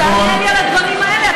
תענה לי על הדברים האלה.